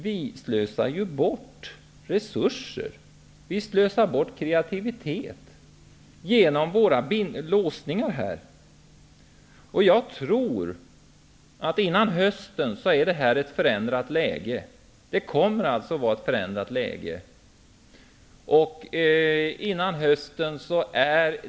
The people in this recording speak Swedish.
Vi slösar bort resurser och kreativitet genom våra låsningar. Jag tror att läget kommer att vara förändrat före hösten.